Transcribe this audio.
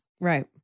Right